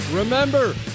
Remember